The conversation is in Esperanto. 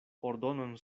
ordonon